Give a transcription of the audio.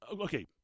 Okay